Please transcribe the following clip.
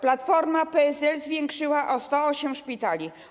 Platforma z PSL zwiększyła o 108 szpitali.